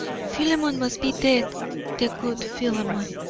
philemon must be dead the good philemon.